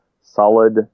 solid